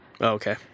okay